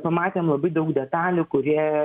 pamatėm labai daug detalių kurie